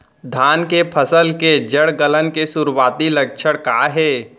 धान के फसल के जड़ गलन के शुरुआती लक्षण का हे?